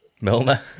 Milner